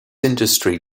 industrial